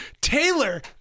Taylor